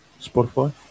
Spotify